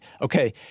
okay